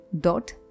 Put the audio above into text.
dot